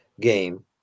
game